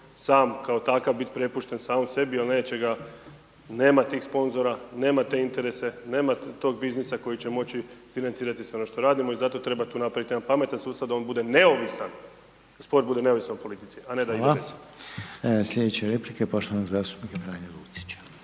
sam kao takav bit prepušten samom sebi jel neće ga, nema tih sponzora, nema te interese, nema tog biznisa koji će moći financirati sve ono što radimo i zato treba tu napraviti jedan pametan sustav da on bude neovisan, da sport bude neovisan o politici…/Upadica: Hvala/…, a ne da ima veze.